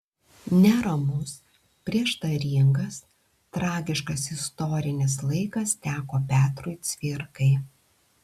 neramus prieštaringas tragiškas istorinis laikas teko petrui cvirkai